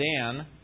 Dan